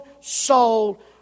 soul